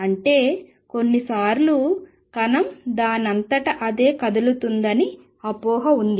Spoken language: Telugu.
అంటే కొన్నిసార్లు కణం దానంతట అదే కదులుతుందని అపోహ ఉంది